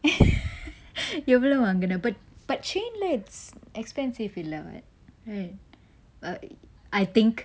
எவ்வளவு வாங்கின:evvalavu vangina but but chain lah expensive இல்ல:illa [what] I think